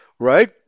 Right